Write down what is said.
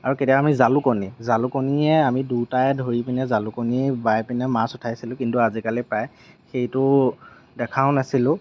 আৰু কেতিয়াবা আমি জালুকনী জালুকনীয়ে আমি দুটাই ধৰি পিনে জালুকনী বাই পিনাই মাছ উঠাইছিলোঁ কিন্তু আজিকালি প্ৰায় সেইটো দেখাও নাছিলোঁ